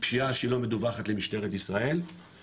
פשיעה שהיא לא מדווחת למשטרת ישראל,